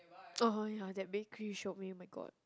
orh ya that bakery shop me my god